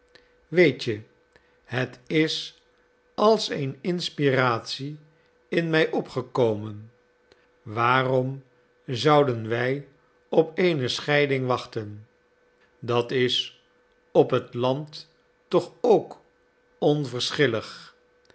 weet je het is als een inspiratie in mij opgekomen waarom zouden wij op eene scheiding wachten dat is op het land toch ook